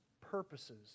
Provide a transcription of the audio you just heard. purposes